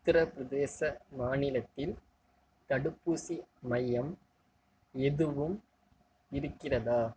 உத்தரப்பிரதேச மாநிலத்தில் தடுப்பூசி மையம் எதுவும் இருக்கிறதா